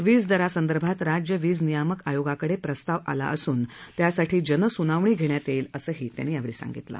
वीजदरांसंदर्भात राज्य वीज नियामक आयोगाकडे प्रस्ताव आला असून त्यासाठी जनसुनावणी घेण्यात येईल असंही त्यांनी सांगितलं